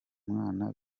mwana